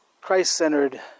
Christ-centered